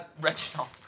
Reginald